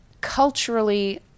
Culturally